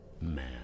Man